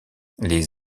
les